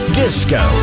disco